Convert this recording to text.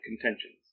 contentions